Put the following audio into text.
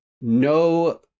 no